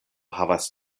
havas